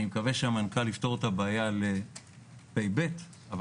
אני מקווה שהמנכ"ל יפתור את הבעיה לתשפ"ב אבל